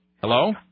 Hello